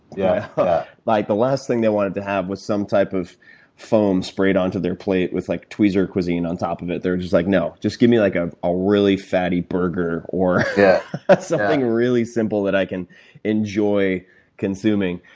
yeah like the last thing they wanted to have was some type of foam sprayed onto their plate with like tweezer cuisine on top of it. they're just like, no, just give me like ah a really fatty burger or something really simple that i can enjoy consuming.